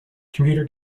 computer